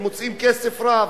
ומוצאים כסף רב,